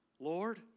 Lord